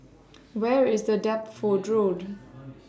Where IS The Deptford Road